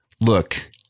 Look